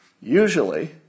Usually